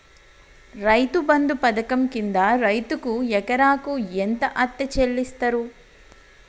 రైతు బంధు పథకం కింద రైతుకు ఎకరాకు ఎంత అత్తే చెల్లిస్తరు?